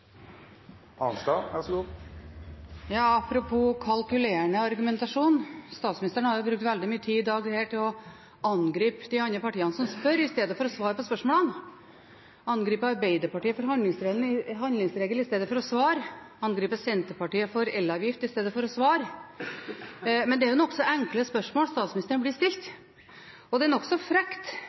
kalkulerende argumentasjon: Statsministeren har brukt veldig mye tid her i dag på å angripe partiene som spør, i stedet for å svare på spørsmålene. Hun angriper Arbeiderpartiet for handlingsregel i stedet for å svare. Hun angriper Senterpartiet for elavgift i stedet for å svare. Men det er nokså enkle spørsmål statsministeren blir stilt, og det er nokså frekt